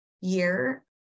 year